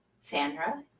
Sandra